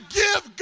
give